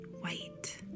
white